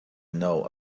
know